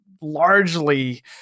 largely